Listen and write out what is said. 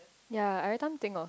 ya everytime think of